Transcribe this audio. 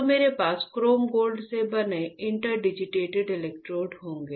तो मेरे पास क्रोम गोल्ड से बने इंटरडिजिटेटेड इलेक्ट्रोड होंगे